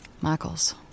Michael's